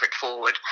forward